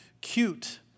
cute